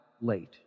late